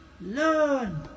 learn